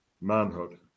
manhood